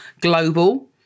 global